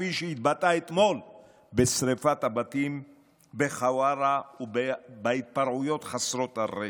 כפי שהיא התבטאה אתמול בשרפת הבתים בחווארה ובהתפרעויות חסרות הרסן.